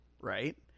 Right